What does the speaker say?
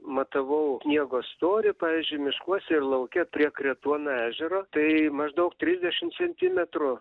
matavau sniego storį pavyzdžiui miškuose ir lauke prie kretuono ežero tai maždaug trisdešim centimetrų